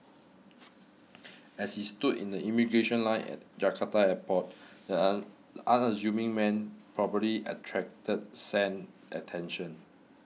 as he stood in the immigration line at Jakarta airport the unassuming man probably attracted scant attention